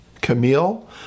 Camille